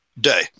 day